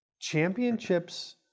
Championships